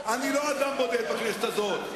אני לא אדם בודד בכנסת הזאת,